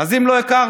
אז אם לא הכרת,